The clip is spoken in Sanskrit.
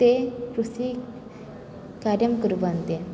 ते कृषिकार्यं कुर्वन्ति